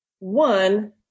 One